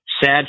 Sad